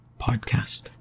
podcast